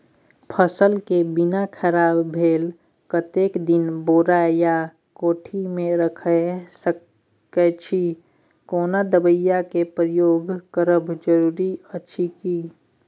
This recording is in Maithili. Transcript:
फसल के बीना खराब भेल कतेक दिन बोरा या कोठी मे रयख सकैछी, कोनो दबाईयो के प्रयोग करब जरूरी अछि की?